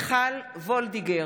מיכל וולדיגר,